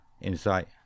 insight